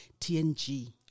TNG